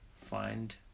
Find